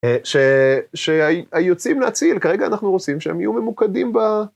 שהיוצאים להציל, כרגע אנחנו רוצים שהם יהיו ממוקדים ב...